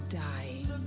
dying